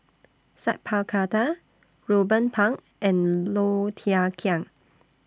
Sat Pal Khattar Ruben Pang and Low Thia Khiang